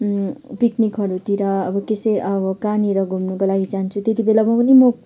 पिकनिकहरूतिर अब त्यसै अब कहाँनिर घुम्नुको लागि जान्छु त्यति बेला पनि म